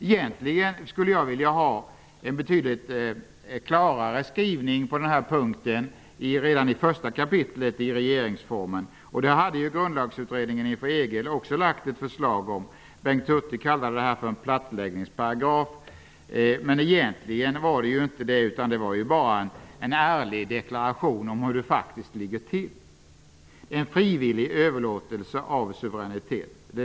Egentligen ville jag ha en betydligt klarare skrivning på den punkten redan i första kapitlet i regeringsformen. Grundlagsutredningen inför EG hade också lagt fram ett förslag om det. Bengt Hurtig kallade det för en plattläggningsparagraf. Egentligen var det en ärlig deklaration om hur det faktiskt ligger till, dvs. en frivillig överlåtelse av suveränitet.